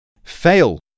fail